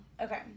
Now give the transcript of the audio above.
okay